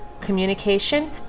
communication